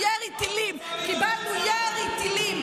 קיבלנו ירי טילים,